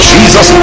Jesus